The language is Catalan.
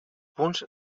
punts